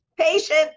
patient